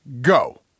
go